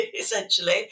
essentially